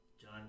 John